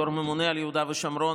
בתור הממונה על יהודה ושומרון,